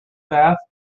bath